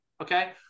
Okay